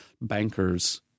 bankers